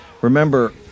remember